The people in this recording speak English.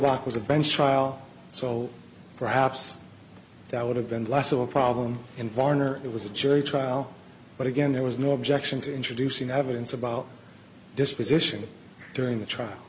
block was a bench trial so perhaps that would have been less of a problem in varner it was a jury trial but again there was no objection to introducing evidence about disposition during the trial